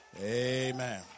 Amen